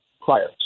prior